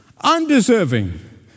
undeserving